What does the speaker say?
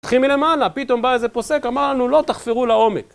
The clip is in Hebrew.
נתחיל מלמעלה, פתאום בא איזה פוסק, אמר לנו, לא, תחפרו לעומק